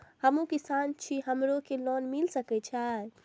हमू किसान छी हमरो के लोन मिल सके छे?